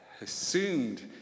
assumed